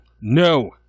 No